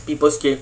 people skate